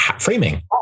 framing